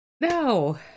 No